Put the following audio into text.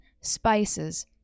spices